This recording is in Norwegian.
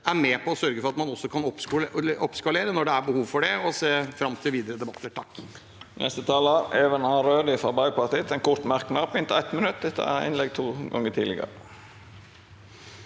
er med på å sørge for at man også kan oppskalere når det er behov for det. Jeg ser fram til videre debatter.